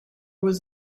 was